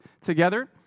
together